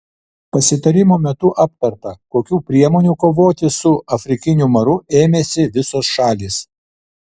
pasitarimo metu aptarta kokių priemonių kovoti su afrikiniu maru ėmėsi visos šalys